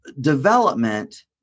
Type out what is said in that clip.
development